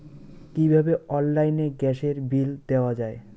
কিভাবে অনলাইনে গ্যাসের বিল দেওয়া যায়?